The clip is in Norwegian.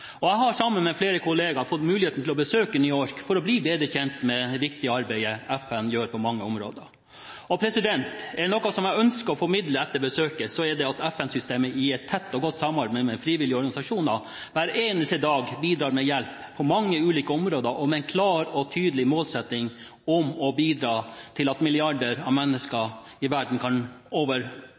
Jeg har sammen med flere kolleger fått muligheten til å besøke New York for å bli bedre kjent med det viktige arbeidet FN gjør på mange områder. Og er det noe jeg ønsker å formidle etter besøket, er det at FN-systemet i et tett og godt samarbeid med frivillige organisasjoner hver eneste dag bidrar med hjelp på mange ulike områder og med en klar og tydelig målsetting om å bidra til at milliarder av mennesker verden over kan